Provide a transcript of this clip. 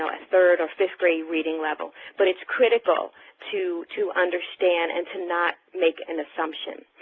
a third or fifth grade reading level, but it's critical to to understand and to not make an assumption.